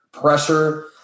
pressure